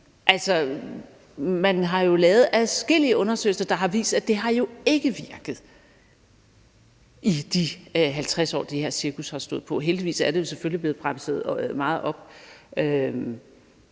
Altså, man har jo lavet adskillige undersøgelser, der har vist, at det ikke har virket i de 50 år, det her cirkus har stået på. Heldigvis er det jo selvfølgelig blevet bremset meget op, men